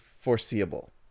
foreseeable